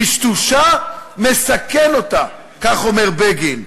טשטושה מסכן אותה" כך אומר בגין.